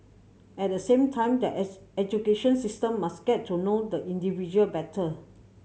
at the same time the education system must get to know the individual better